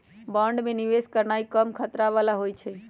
bond में निवेश करनाइ कम खतरा बला होइ छइ